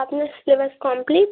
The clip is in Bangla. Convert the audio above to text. আপনার সিলেবাস কমপ্লিট